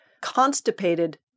constipated